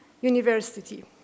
University